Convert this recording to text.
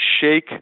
shake